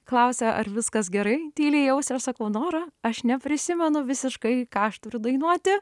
klausia ar viskas gerai tyliai į ausį aš sakau nora aš neprisimenu visiškai ką aš turiu dainuoti